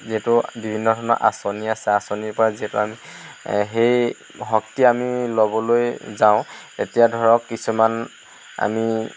যিটো বিভিন্ন ধৰণৰ আচনি আছে আচনিৰ পৰা যিহেতু আমি সেই শক্তি আমি ল'বলৈ যাওঁ এতিয়া ধৰক কিছুমান আমি